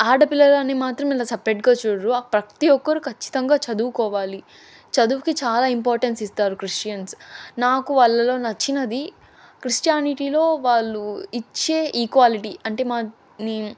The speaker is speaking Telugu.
ఆడ పిల్లలని మాత్రం ఇలా సెపరేట్గా చూడరు ప్రతీ ఒక్కరు ఖచ్చితంగా చదువుకోవాలి చదువుకి చాలా ఇంపార్టన్స్ ఇస్తారు క్రిస్టియన్స్ నాకు వాళ్ళలో నచ్చినది క్రిస్టియానిటీలో వాళ్ళు ఇచ్చే ఈక్వాలిటీ అంటే మ